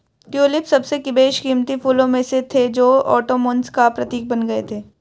tulip सबसे बेशकीमती फूलों में से थे जो ओटोमन्स का प्रतीक बन गए थे